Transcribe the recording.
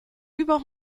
über